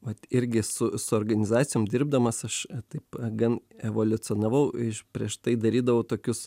vat irgi su su organizacijom dirbdamas aš taip gan evoliucionavau iš prieš tai darydavau tokius